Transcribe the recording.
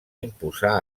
imposar